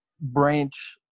branch